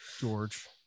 George